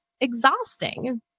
exhausting